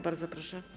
Bardzo proszę.